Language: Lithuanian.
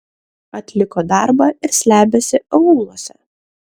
atliko darbą ir slepiasi aūluose